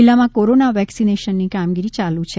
જીલ્લામાં કોરોના વેક્સિનનેશનની કામગીરી યાલી રહી છે